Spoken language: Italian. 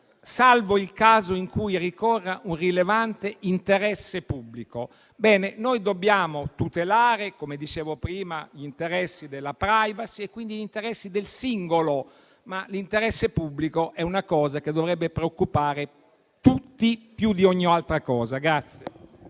salvo il caso in cui ricorra un rilevante interesse pubblico. Ebbene, noi dobbiamo tutelare, come dicevo prima, gli interessi della *privacy* e quindi del singolo, ma l'interesse pubblico è una cosa che dovrebbe preoccupare tutti più di ogni altra.